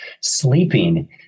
sleeping